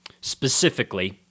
specifically